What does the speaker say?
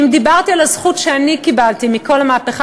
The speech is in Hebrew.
כי אם דיברתי על הזכות שאני קיבלתי מכל המהפכה